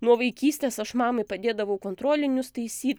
nuo vaikystės aš mamai padėdavau kontrolinius taisyt